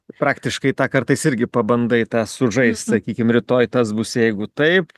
praktiškai tą kartais irgi pabandai tą sužaist sakykim rytoj tas bus jeigu taip